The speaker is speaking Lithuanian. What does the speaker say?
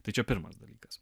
tai čia pirmas dalykas